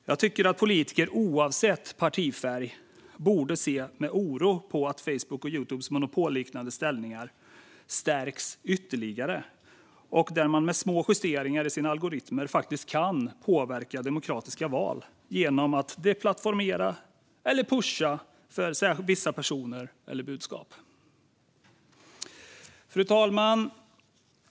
Jag tycker att politiker, oavsett partifärg, borde se med oro på att Facebooks och Youtubes monopolliknande ställning stärks ytterligare och att de med små justeringar i sina algoritmer kan påverka demokratiska val genom att deplattformera eller pusha för vissa personer eller budskap. Fru talman!